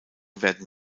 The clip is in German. werden